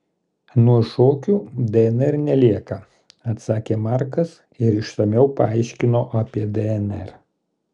nuo šokių dnr nelieka atsakė markas ir išsamiau paaiškino apie dnr